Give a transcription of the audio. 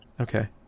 okay